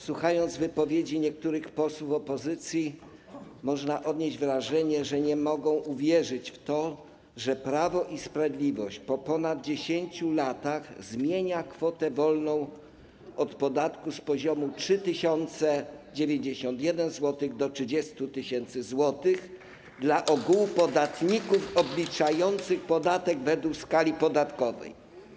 Słuchając wypowiedzi niektórych posłów opozycji, można odnieść wrażenie, że nie mogą oni uwierzyć w to, że Prawo i Sprawiedliwość od ponad 10 lat zmienia kwotę wolną od podatku z poziomu 3091 zł do poziomu 30 tys. zł dla ogółu podatników odliczających podatek według skali podatkowej.